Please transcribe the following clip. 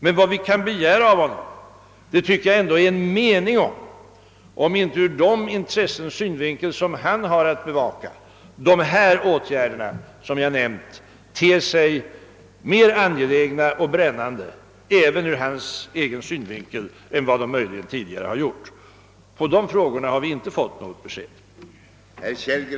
Men vad vi kan begära av honom är en mening om huruvida inte, med hänsyn till de intressen han har att bevaka, de åtgärder som jag nämnt ter sig mera angelägna även ur hans egen synvinkel än de möjligen tidigare gjort. På dessa frågor har vi inte fått något svar.